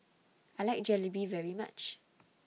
I like Jalebi very much